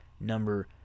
number